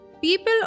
People